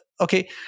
okay